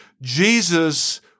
Jesus